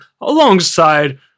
alongside